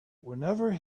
whenever